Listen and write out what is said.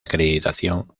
acreditación